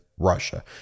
Russia